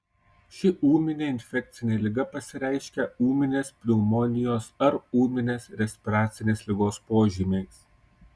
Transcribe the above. ši ūminė infekcinė liga pasireiškia ūminės pneumonijos ar ūminės respiracinės ligos požymiais